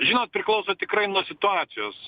žinot priklauso tikrai nuo situacijos